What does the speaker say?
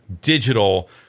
digital